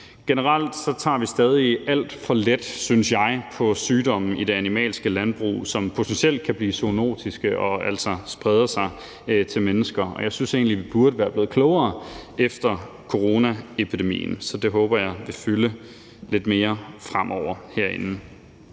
Generelt tager vi stadig alt for let, synes jeg, på sygdomme i det animalske landbrug, som potentielt kan blive zoonotiske og altså sprede sig til mennesker, og jeg synes egentlig, vi burde være blevet klogere efter coronaepidemien. Så det håber jeg vil fylde lidt mere herinde